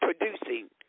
producing